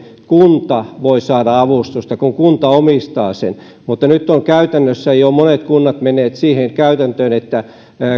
kunta voi saada avustusta esimerkiksi pelastuslaitoksen rakentamiseen kun kunta omistaa sen mutta kun nyt monet kunnat ovat käytännössä jo menneet siihen käytäntöön että